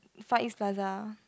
Far East Plaza